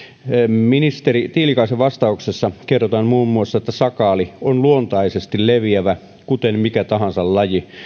ministeri tiilikaisen vastauksessa kerrotaan muun muassa että sakaali on luontaisesti leviävä kuten mikä tahansa laji